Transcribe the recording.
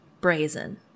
brazen